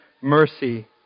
mercy